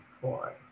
four